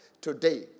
Today